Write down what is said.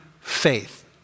faith